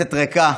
כנסת ריקה,